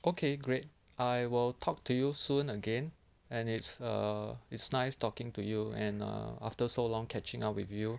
okay great I will talk to you soon again and it's err it's nice talking to you and err after so long catching up with you